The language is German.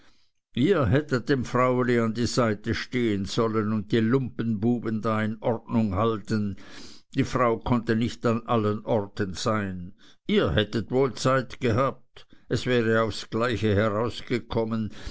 ihr hättet dem fraueli an die seite stehen sollen und die lumpenbuben da in ordnung halten die frau konnte nicht an allen orten sein ihr hättet wohl zeit gehabt es wäre aufs gleiche herausgekommen